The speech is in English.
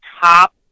top